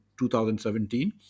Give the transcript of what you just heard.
2017